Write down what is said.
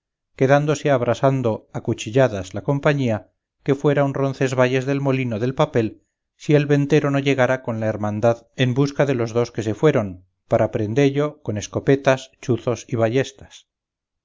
quedándose abrasando a cuchilladas la compañía que fuera un roncesvalles del molino del papel si el ventero no llegara con la hermandad en busca de los dos que se fueron para prendello con escopetas chuzos y ballestas